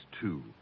two